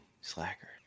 Slacker